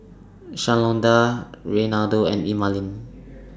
Shalonda Reynaldo and Emaline